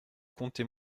contez